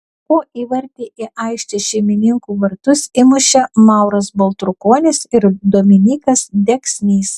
po įvartį į aikštės šeimininkų vartus įmušė mauras baltrukonis ir dominykas deksnys